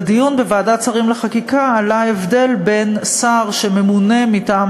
בדיון בוועדת שרים לחקיקה עלה ההבדל בין שר שממונה מטעם